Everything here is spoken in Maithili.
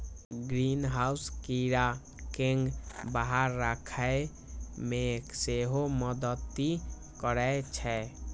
ग्रीनहाउस कीड़ा कें बाहर राखै मे सेहो मदति करै छै